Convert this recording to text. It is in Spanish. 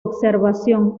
observación